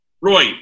roy